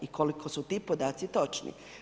I koliko su ti podaci točni.